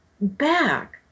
back